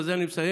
ובזה אני מסיים,